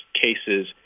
cases